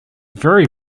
very